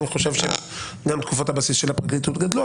אני חושב שתקופות הבסיס של הפרקליטות גדלו,